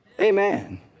Amen